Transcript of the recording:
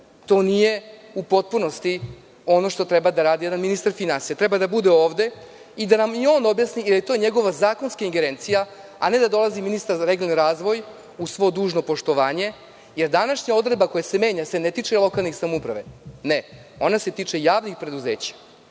To nije u potpunosti ono što treba da radi jedan ministar finansija. Treba da bude ovde i da nam on objasni, jer je to njegova zakonska ingerencija, a ne da dolazi ministar za regionalni razvoj, uz svo dužno poštovanje, jer današnja odredba koja se menja se ne tiče lokalne samouprave, ona se tiče javnih preduzeća.